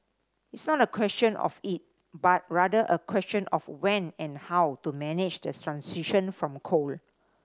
it's not a question of if but rather a question of when and how to manage the transition from coal